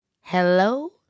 hello